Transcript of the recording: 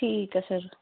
ਠੀਕ ਆ ਸਰ